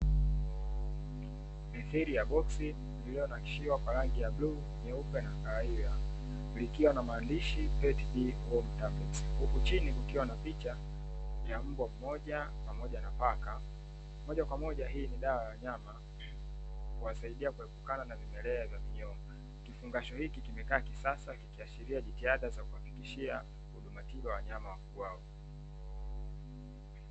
Mithiri ya boksi iliyonakshiwa kwa rangi ya bluu, nyeupe pamoja na kahawia. Likiwa na maandishi "PET D Worm Tablets". Huku chini kukiwa na picha ya mbwa mmoja pamoja na paka. Moja kwa moja hii ni dawa ya wanyama kuwasaidia kuepukana na vimelea vya minyoo. Kifungashio hiki kimekaa kisasa kikiashiria jitihada za kuhakikishia huduma kinga kwa wanyama wafugwao.